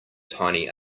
tiny